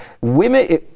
Women